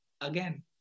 again